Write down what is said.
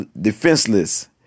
defenseless